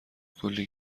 کلی